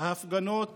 ההפגנות